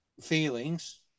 feelings